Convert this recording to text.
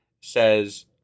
says